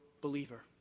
believer